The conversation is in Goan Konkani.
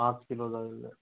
पांच किलो जाय आहलें